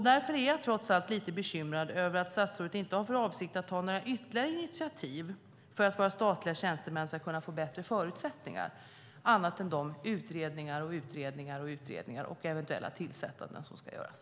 Därför är jag trots allt bekymrad över att statsrådet inte har för avsikt att ta några ytterligare initiativ för att våra statliga tjänstemän ska kunna få bättre förutsättningar annat än de ständiga utredningar och tillsättanden som ska göras.